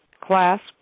clasp